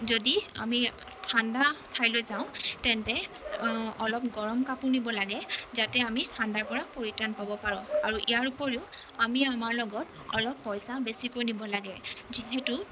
যদি আমি ঠাণ্ডা ঠাইলৈ যাওঁ তেন্তে অলপ গৰম কাপোৰ নিব লাগে যাতে আমি ঠাণ্ডাৰপৰা পৰিত্ৰাণ পাব পাৰোঁ আৰু ইয়াৰ ওপৰিও আমি আমাৰ লগত অলপ পইচা বেছিকৈ নিব লাগে যিহেতু